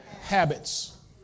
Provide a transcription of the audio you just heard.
habits